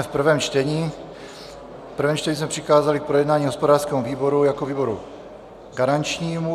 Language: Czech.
V prvém čtení jsme přikázali k projednání hospodářskému výboru jako výboru garančnímu.